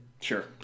Sure